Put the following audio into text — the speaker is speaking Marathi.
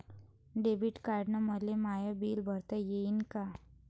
डेबिट कार्डानं मले माय बिल भरता येईन का?